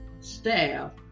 staff